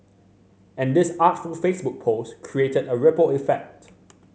and this artful Facebook post created a ripple effect